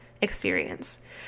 experience